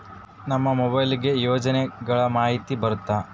ನಮ್ ಮೊಬೈಲ್ ಗೆ ಯೋಜನೆ ಗಳಮಾಹಿತಿ ಬರುತ್ತ?